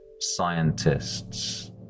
scientists